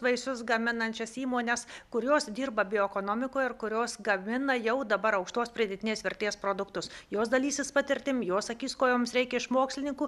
vaisius gaminančias įmones kurios dirba bioekonomikoje ir kurios gamina jau dabar aukštos pridėtinės vertės produktus jos dalysis patirtim jos sakys ko joms reikia iš mokslininkų